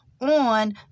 on